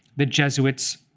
the jesuits,